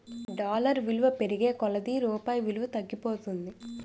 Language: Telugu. డాలర్ విలువ పెరిగే కొలది రూపాయి విలువ తగ్గిపోతుంది